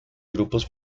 grupos